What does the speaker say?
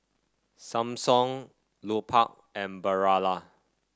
Samsung Lupark and Barilla